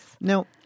Now